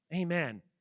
Amen